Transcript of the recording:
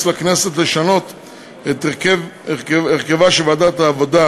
לכנסת לשנות את הרכבה של ועדת העבודה,